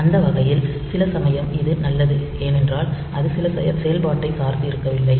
அந்த வகையில் சில சமயம் இது நல்லது ஏனென்றால் அது சில செயல்பாட்டை சார்ந்து இருக்கவில்லை